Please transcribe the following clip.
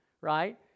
right